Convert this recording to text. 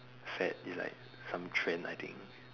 fad is like some trend I think